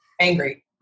angry